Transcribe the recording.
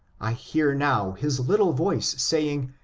i hear now his little voice saying,